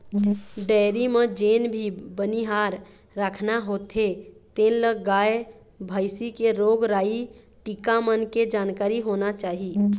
dairy म जेन भी बनिहार राखना होथे तेन ल गाय, भइसी के रोग राई, टीका मन के जानकारी होना चाही